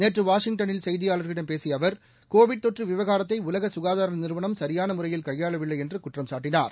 நேற்று வாஷிங்டனில் செய்தியாளர்களிடம் பேசிய அவர் கோவிட் தொற்று விவகாரத்தை உலக சுகாதார நிறுவனம் சரியான முறையில் கையாளவில்லை என்று அவர் குற்றம் சாட்டினார்